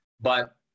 But-